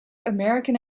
american